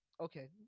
okay